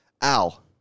Al